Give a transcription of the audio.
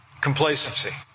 complacency